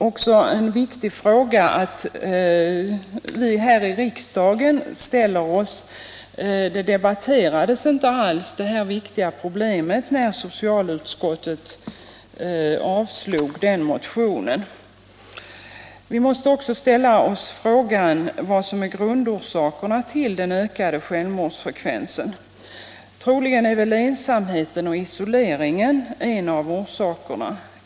Vi måste också fråga oss — den saken diskuterades inte alls i socialutskottets betänkande över motionen — vad som är grundorsakerna till den ökade självmordsfrekvensen. Troligen är ensamheten och isoleringen en av orsakerna.